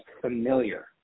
familiar